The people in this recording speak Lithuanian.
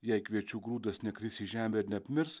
jei kviečių grūdas nekris į žemę ir neapmirs